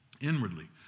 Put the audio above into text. inwardly